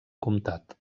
comtat